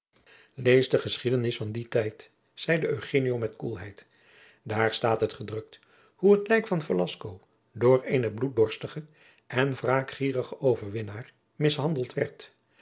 lees de geschiedenissen van den tijd zeide eugenio met koelheid daar staat het gedrukt hoe het lijk van velasco door eenen bloeddorstigen en wraakgierigen overwinnaar mishandeld werd